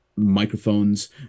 microphones